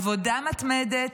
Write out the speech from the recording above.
עבודה מתמדת,